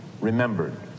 remembered